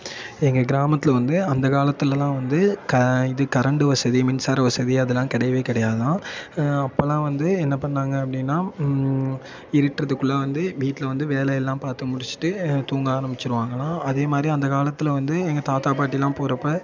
எங்கள் கிராமத்தில் வந்து அந்த காலத்திலெல்லாம் வந்து க இது கரண்டு வசதி மின்சார வசதி அதெல்லாம் கிடையவே கிடையாதாம் அப்போல்லாம் வந்து என்ன பண்ணாங்க அப்படின்னா இருட்டுறதுக்குள்ள வந்து வீட்டில் வந்து வேலையெல்லாம் பார்த்து முடிச்சுட்டு தூங்க ஆரம்பிச்சிடுவாங்களாம் அதே மாதிரி அந்த காலத்தில் வந்து எங்கள் தாத்தா பாட்டிலாம் போகிறப்ப